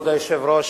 כבוד היושב-ראש,